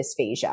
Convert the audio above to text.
dysphagia